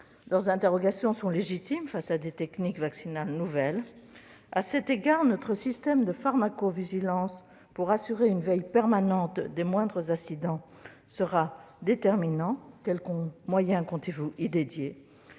Leurs interrogations sont légitimes face à des techniques vaccinales nouvelles. À cet égard, notre système de pharmacovigilance, pour assurer une veille permanente des moindres incidents, sera déterminant. Quels moyens comptez-vous y